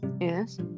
Yes